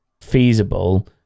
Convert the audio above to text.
feasible